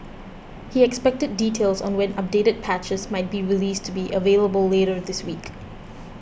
he expected details on when updated patches might be released to be available later this week